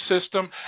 system